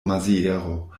maziero